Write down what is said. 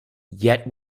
yet